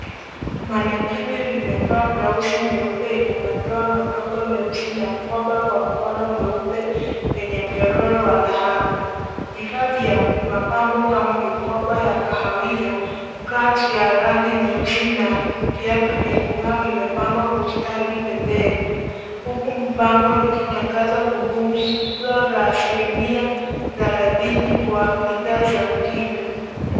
Manekine limevaa blausi nyeupe yenye madoa madogo meusi na mkoba kwa mkono mweupe wenye mnyororo wa dhahabu. Vifaa vya mapambo kama mikoba ya kahawia, krachi ya rangi nyeusi na viatu vya kung'aa vimepangwa kwa ustadi pembeni huku bango likitangaza punguzo la asilimia therathini kwa bidhaa za mtindo.